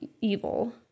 evil